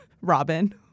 Robin